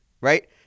right